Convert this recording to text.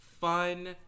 fun